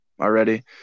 already